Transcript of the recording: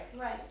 Right